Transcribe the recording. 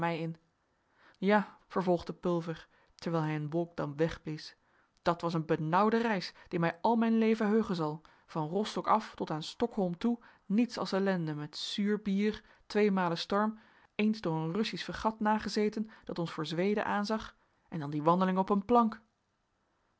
ja vervolgde pulver terwijl hij een wolkdamp wegblies dat was een benauwde reis die mij al mijn leven heugen zal van rostok af tot aan stokholm toe niets als ellende met zuur bier tweemalen storm eens door een russisch fregat nagezeten dat ons voor zweden aanzag en dan die wandeling op een plank